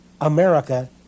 America